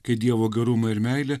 kai dievo gerumą ir meilę